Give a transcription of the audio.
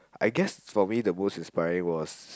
I guess for me the most inspiring was